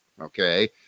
okay